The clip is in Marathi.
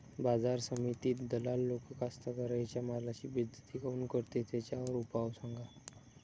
बाजार समितीत दलाल लोक कास्ताकाराच्या मालाची बेइज्जती काऊन करते? त्याच्यावर उपाव सांगा